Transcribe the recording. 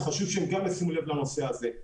אז חשוב שהם גם ישימו לב לנושא הזה.